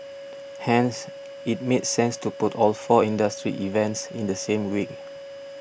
hence it made sense to put all four industry events in the same week